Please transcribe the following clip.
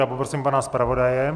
Poprosím pana zpravodaje.